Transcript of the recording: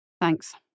Thanks